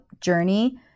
journey